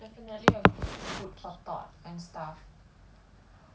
definitely a good food for thought and stuff